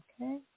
Okay